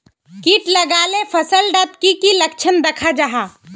किट लगाले फसल डात की की लक्षण दखा जहा?